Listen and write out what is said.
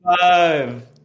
five